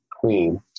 Queen